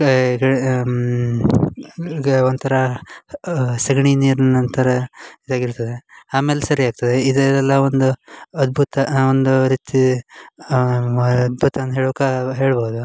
ಗ ಒಂಥರ ಸಗಣಿ ನೀರನ್ನು ಒಂಥರ ಇದಾಗಿರ್ತದೆ ಆಮೇಲೆ ಸರಿಯಾಗ್ತದೆ ಇದು ಎಲ್ಲ ಒಂದು ಅದ್ಬುತ ಒಂದು ರೀತಿ ಅದ್ಬುತ ಅಂದು ಹೇಳುಕ್ಕೆ ಹೇಳ್ಬೌದು